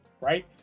Right